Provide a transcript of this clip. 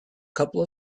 couple